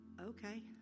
okay